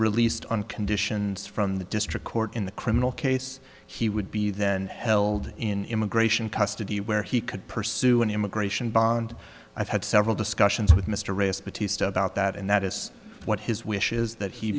released on conditions from the district court in the criminal case he would be then held in immigration custody where he could pursue an immigration bond i've had several discussions with mr ray's between about that and that is what his wish is that he